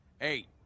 Eight